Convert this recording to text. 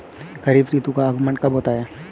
खरीफ ऋतु का आगमन कब होता है?